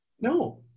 No